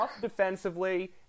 defensively